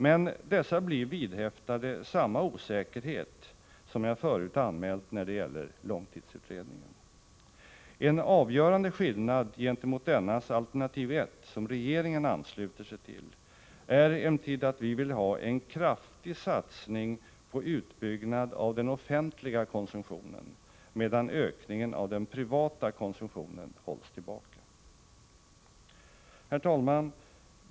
Men dessa blir vidhäftade samma osäkerhet som jag förut anmält när det gäller långtidsutredningen. En avgörande skillnad gentemot dennas alternativ 1, som regeringen ansluter sig till, är emellertid att vi vill ha en kraftig satsning på utbyggnad av den offentliga konsumtionen, medan ökningen av den privata konsumtionen hålls tillbaka. Herr talman!